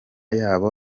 yabo